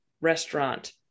restaurant